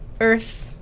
Earth